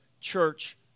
church